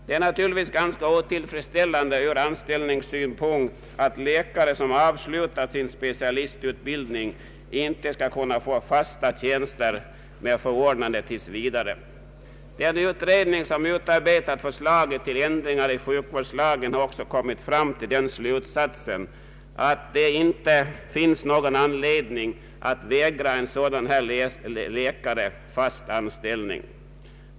Det är naturligtvis ganska otillfredsställande ur anställningssynpunkt, att läkare som avslutat sin specialistutbildning inte skall kunna få fasta tjänster med förordnande tills vidare. Den utredning som utarbetat förslaget till ändringarna i sjukvårdslagen har också kommit fram till den slutsatsen att det inte finns någon anledning att vägra en sådan läkare fast anställning.